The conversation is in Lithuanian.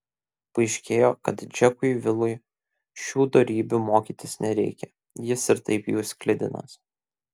paaiškėjo kad džekui vilui šių dorybių mokytis nereikia jis ir taip jų sklidinas